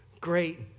great